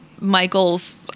Michael's